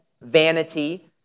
vanity